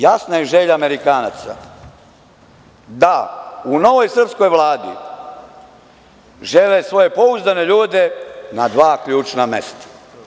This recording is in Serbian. Jasna je želja Amerikanaca da u novoj srpskoj Vladi žele svoje pouzdane ljude na dva ključna mesta.